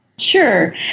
Sure